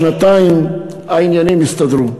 שנתיים העניינים יסתדרו.